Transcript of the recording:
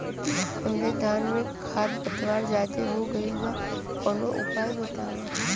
हमरे धान में खर पतवार ज्यादे हो गइल बा कवनो उपाय बतावा?